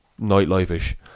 nightlife-ish